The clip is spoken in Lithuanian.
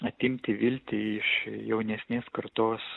atimti viltį iš jaunesnės kartos